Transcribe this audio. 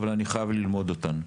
אבל אני חייב ללמוד אותן.